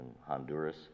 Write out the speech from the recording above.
Honduras